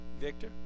Victor